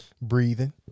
Breathing